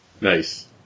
Nice